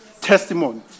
testimony